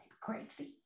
crazy